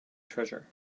treasure